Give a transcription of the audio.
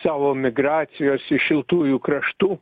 savo migracijos iš šiltųjų kraštų